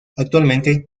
actualmente